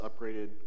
upgraded